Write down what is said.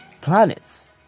planets